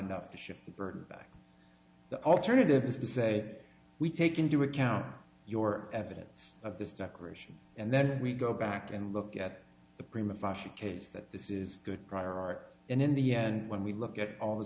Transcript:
enough to shift the burden back the alternative is to say we take into account your evidence of this declaration and then we go back and look at the prima facia case that this is good prior art and in the end when we look at all the